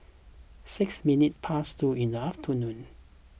six minutes past two in the afternoon